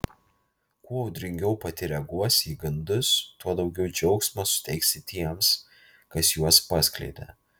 kuo audringiau pati reaguosi į gandus tuo daugiau džiaugsmo suteiksi tiems kas juos paskleidė